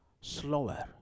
slower